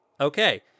Okay